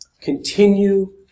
Continue